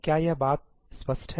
क्या यह बात स्पष्ट है